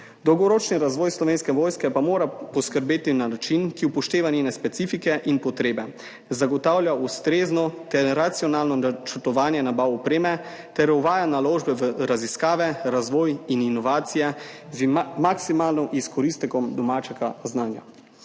Dolgoročni razvoj Slovenske vojske pa mora upoštevati njene specifike in potrebe, zagotavljati ustrezno ter racionalno načrtovanje nabav opreme ter uvajati naložbe v raziskave, razvoj in inovacije z maksimalnim izkoristkom domačega znanja.